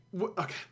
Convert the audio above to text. okay